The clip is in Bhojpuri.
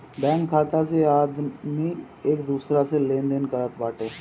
बैंक खाता से आदमी एक दूसरा से लेनदेन करत बाटे